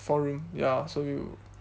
four room ya so you